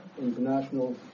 international